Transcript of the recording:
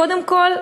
קודם כול,